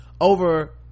over